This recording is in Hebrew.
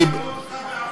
לא שמענו אותך בעפולה,